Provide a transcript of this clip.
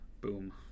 Boom